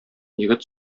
егет